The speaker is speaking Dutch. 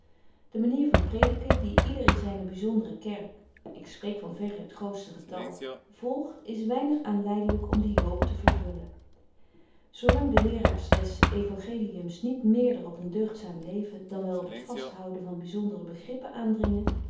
de manier van prediken die yder in zyne byzondere kerk ik spreek van verre het grootste getal volgt is weinig aanleidelyk om die hoop te vervullen zo lang de leeraars des euangeliums niet meerder op een deugdzaam leven dan wel op het vast houden van byzondere begrippen aandringen